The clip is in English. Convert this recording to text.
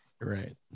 right